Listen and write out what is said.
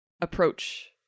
approach